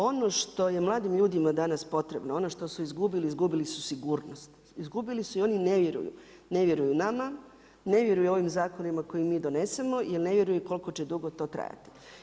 Ono što je mladim ljudima danas potrebno, ono što su izgubili, izgubili su sigurnost, izgubili su i oni ne vjeruju nama, ne vjeruju ovim zakonima koje mi donesemo jer ne vjeruju koliko će dugo to trajati.